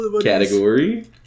category